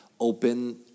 Open